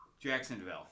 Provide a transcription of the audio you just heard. Jacksonville